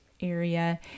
area